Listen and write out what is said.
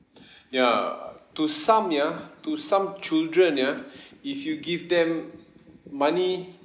ya to some ya to some children ya if you give them money